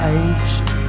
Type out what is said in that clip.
aged